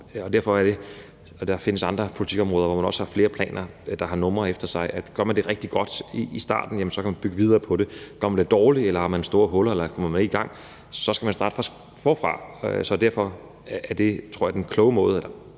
flere fremover, og der findes andre politikområder, hvor man også har flere planer, der har numre efter sig. Og gør man det rigtig godt i starten, kan man bygge videre på det. Gør man det dårligt, er der store huller i det, eller kommer man ikke i gang, så skal man starte forfra. Så derfor er det min opfattelse, at det